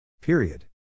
Period